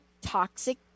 toxic